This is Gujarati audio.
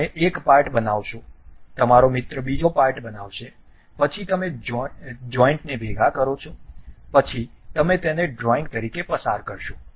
તમે એક પાર્ટ બનાવશો તમારો મિત્ર બીજો પાર્ટ બનાવશે પછી તમે જોઈન્ટને ભેગા કરો છો પછી તમે તેને ડ્રોઈંગ તરીકે પસાર કરશો